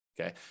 Okay